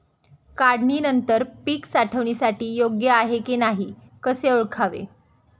काढणी नंतर पीक साठवणीसाठी योग्य आहे की नाही कसे ओळखावे?